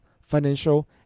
financial